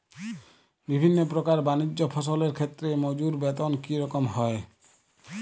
বিভিন্ন প্রকার বানিজ্য ফসলের ক্ষেত্রে মজুর বেতন কী রকম হয়?